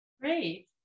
Great